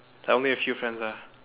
like only a few friends ah